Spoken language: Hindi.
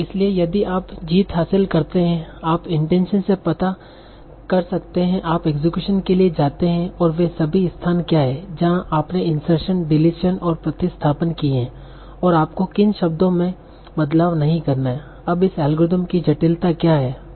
इसलिए यदि आप जीत हासिल करते हैं आप इंटेंशन से पता कर सकते हैं आप इक्सक्यूशन के लिए जाते हैं और वे सभी स्थान क्या हैं जहाँ आपने इंसर्शन डिलीशन और प्रतिस्थापन किए हैं और आपको किन शब्दों में बदलाव नहीं करना है अब इस एल्गोरिथ्म की जटिलता क्या है